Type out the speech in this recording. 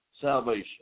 salvation